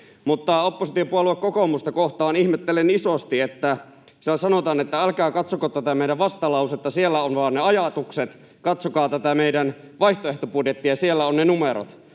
ole. Oppositiopuolue kokoomusta kohtaan ihmettelen isosti, kun siellä sanotaan, että älkää katsoko tätä meidän vastalausettamme, siellä on vain ne ajatukset, vaan katsokaa tätä meidän vaihtoehtobudjettiamme, siellä on ne numerot.